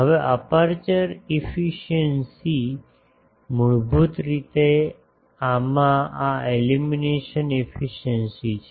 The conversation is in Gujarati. હવે અપેર્ચર એફિસિએંસી મૂળભૂત રીતે આમાં આ એલ્યુમિનેશન એફિસિએંસી છે